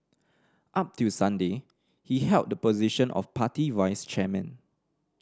up till Sunday he held the position of party vice chairman